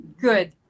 Good